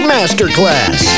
Masterclass